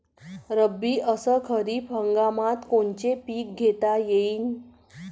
रब्बी अस खरीप हंगामात कोनचे पिकं घेता येईन?